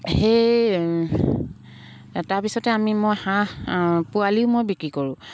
সেই তাৰপিছতে আমি মই হাঁহ পোৱালিও মই বিক্ৰী কৰোঁ